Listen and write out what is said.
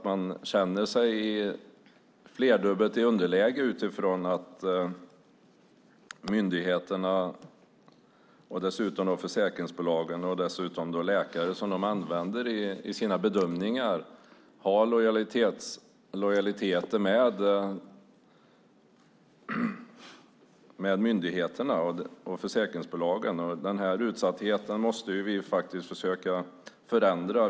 De känner sig tredubbelt i underläge utifrån att de läkare som de anlitar för bedömningar har lojaliteter med myndigheterna och försäkringsbolagen. Denna utsatthet måste vi försöka förändra.